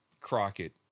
crockett